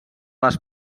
les